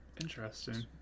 Interesting